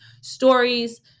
stories